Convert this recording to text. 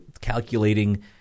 calculating